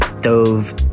dove